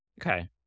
Okay